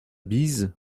bise